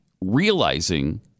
realizing